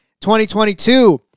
2022